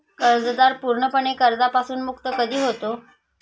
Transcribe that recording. कर्जदार पूर्णपणे कर्जापासून मुक्त कधी होतो?